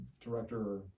director